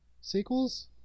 sequels